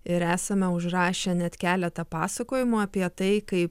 ir esame užrašę net keletą pasakojimų apie tai kaip